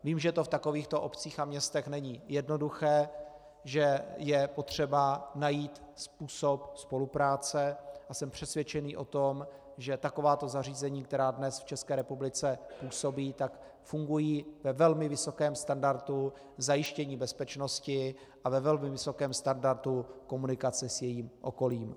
Vím, že to v takovýchto obcích a městech není jednoduché, že je potřeba najít způsob spolupráce, a jsem přesvědčený o tom, že takováto zařízení, která dnes v České republice působí, fungují ve velmi vysokém standardu zajištění bezpečnosti a ve velmi vysokém standardu komunikace s jejich okolím.